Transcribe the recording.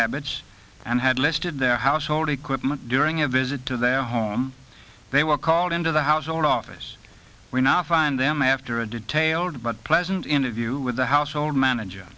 habits and had listed their household equipment during a visit to their home they were called into the household office we now find them after a detailed but pleasant interview with the household manager